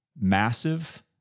massive